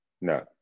No